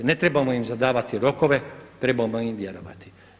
Ne trebamo im zadavati rokove, trebamo im vjerovati.